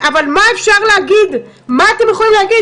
אבל מה אתם יכולים להגיד?